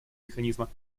механизма